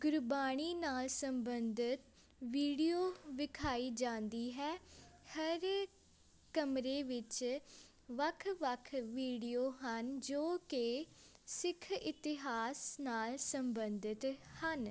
ਗੁਰਬਾਣੀ ਨਾਲ ਸੰਬੰਧਿਤ ਵੀਡੀਓ ਦਿਖਾਈ ਜਾਂਦੀ ਹੈ ਹਰ ਕਮਰੇ ਵਿੱਚ ਵੱਖ ਵੱਖ ਵੀਡੀਓ ਹਨ ਜੋ ਕਿ ਸਿੱਖ ਇਤਿਹਾਸ ਨਾਲ ਸੰਬੰਧਿਤ ਹਨ